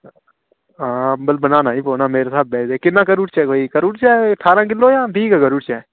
हां अम्बल बनाना गै पौना मेरे स्हाबै दे ते किन्ना करी ओड़चै कोई करी ओड़चै एह् ठारां किल्लो जां बीह् गै करी ओड़चै